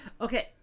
Okay